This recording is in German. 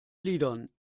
gliedern